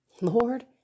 Lord